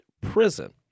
prison